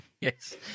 Yes